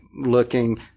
looking